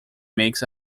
makes